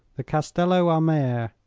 the castello-a-mare.